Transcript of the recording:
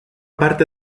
parte